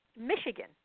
Michigan